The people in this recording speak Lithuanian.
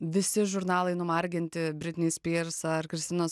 visi žurnalai numarginti britny spyrs ar kristinos